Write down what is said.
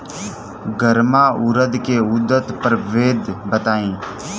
गर्मा उरद के उन्नत प्रभेद बताई?